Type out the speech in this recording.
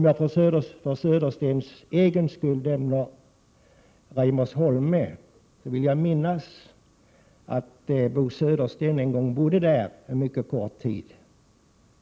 Låt mig nämna Reimersholme — jag vill minnas att Bo Södersten bodde där en mycket kort tid.